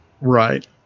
Right